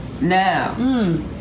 Now